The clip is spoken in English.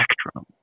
spectrum